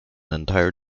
entire